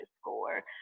score